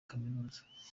kaminuza